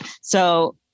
So-